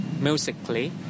musically